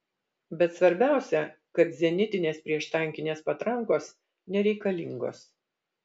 bet svarbiausia kad zenitinės prieštankinės patrankos nereikalingos